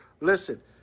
Listen